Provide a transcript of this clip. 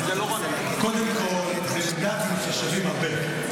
קודם כול, זה מנדטים ששווים הרבה.